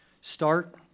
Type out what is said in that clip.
start